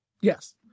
yes